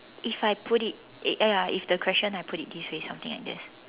if I put it ya ya if the question I put it this way something like this